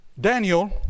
Daniel